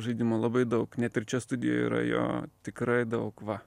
žaidimo labai daug net ir čia studijoje yra jo tikrai daug va